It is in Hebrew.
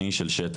אני איש של שטח,